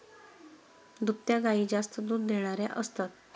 दुभत्या गायी जास्त दूध देणाऱ्या असतात